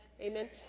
Amen